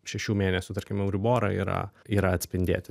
šešių mėnesių tarkim euriborą yra yra atspindėti